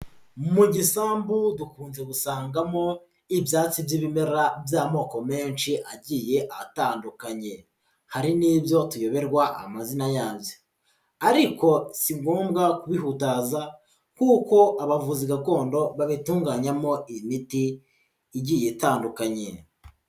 Mu gisambu dukunze gusangamo ibyatsi by'ibimera by'amoko menshi agiye atandukanye, hari n'ibyo tuyoberwa amazina yabyo ariko si ngombwa kubihutaza kuko abavuzi gakondo babitunganyamo imiti igiye itandukanye.